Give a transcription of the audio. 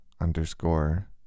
underscore